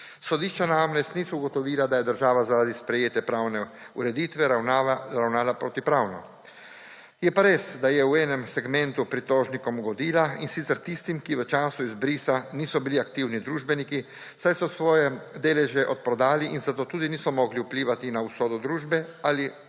Sodišča namreč niso ugotovila, da je država zaradi sprejetja pravne ureditve ravnala protipravno. Je pa res, da je v enem segmentu pritožnikom ugodila, in sicer tistim, ki v času izbrisa niso bili aktivni družbeniki, saj so svoje deleže odprodali in zato tudi niso mogli vplivati na usodo družbe ali